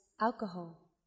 alcohol